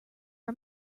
are